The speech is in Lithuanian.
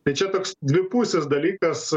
tai čia toks dvipusis dalykas